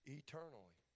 eternally